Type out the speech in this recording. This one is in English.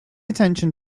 attention